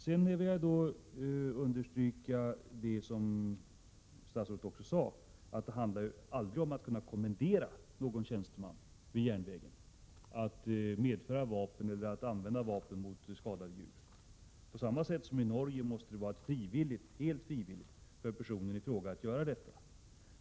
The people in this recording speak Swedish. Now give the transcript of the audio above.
Jag vill sedan understryka det också statsrådet sade, att det aldrig handlar om att kunna kommendera någon tjänsteman vid järnvägen att medföra vapen eller använda vapen mot skadade djur. På samma sätt som i Norge måste det vara fråga om ett helt frivilligt åtagande från personen i fråga.